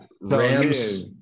Rams